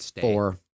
four